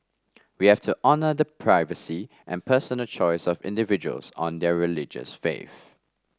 we have to honour the privacy and personal choice of individuals on their religious faith